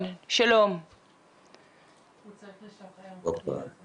קצת עצוב לומר שזה חסר תקדים אבל לפחות בנושא